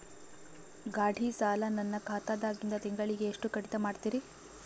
ಗಾಢಿ ಸಾಲ ನನ್ನ ಖಾತಾದಾಗಿಂದ ತಿಂಗಳಿಗೆ ಎಷ್ಟು ಕಡಿತ ಮಾಡ್ತಿರಿ?